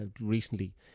recently